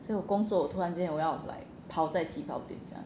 所以我工作我突然间我要 like 跑在起跑点上